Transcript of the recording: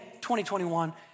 2021